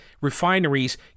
refineries